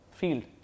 field